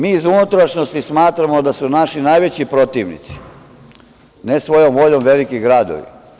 Mi iz unutrašnjosti smatramo da su naši najveći protivnici, ne svojom voljom veliki gradovi.